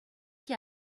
qui